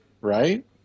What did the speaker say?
right